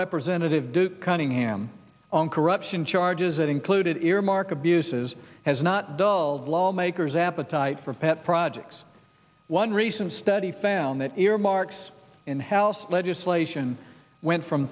representative duke cunningham on corruption charges that included earmark abuses has not dulled lawmakers appetite for pet projects one recent study found that earmarks in house legislation went from